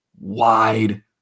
wide